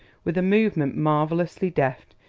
with a movement marvelously deft,